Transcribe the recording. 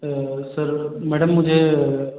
आ sir madam मुझे